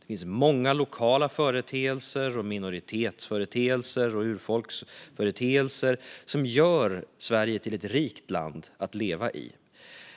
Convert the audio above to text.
Det finns många lokala företeelser, minoritetsföreteelser och urfolksföreteelser som gör Sverige till ett rikt land att leva i,